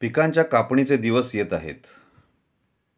पिकांच्या कापणीचे दिवस येत आहेत